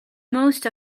most